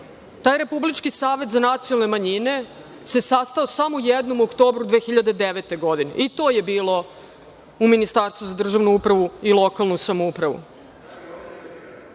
taj Republički savet za nacionalne manjine sastao se samo jednom u oktobru 2009. godine i to je bilo u Ministarstvu za državnu upravu i lokalnu samoupravu. Zajedno